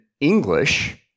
English